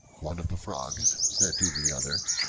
one of the frogs said to the other,